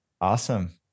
awesome